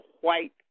white